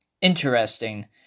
interesting